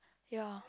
ya